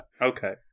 Okay